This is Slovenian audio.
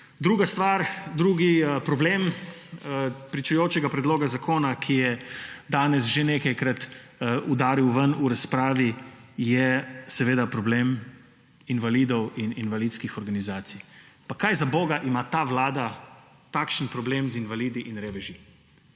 Druga stvar, drugi problem pričujočega predloga zakona, ki je danes že nekajkrat udaril ven v razpravi, je problem invalidov in invalidskih organizacij. Kaj zaboga ima ta vlada takšen problem z invalidi in reveži?